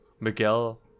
Miguel